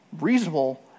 reasonable